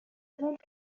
ذلك